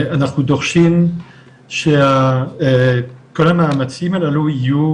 אנחנו דורשים שכל המאמצים הללו יהיו